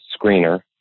screener